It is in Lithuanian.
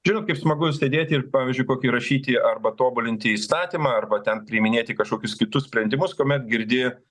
žinot kaip smagu sėdėti ir pavyzdžiui kokį rašyti arba tobulinti įstatymą arba ten priiminėti kažkokius kitus sprendimus kuomet girdi